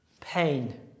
pain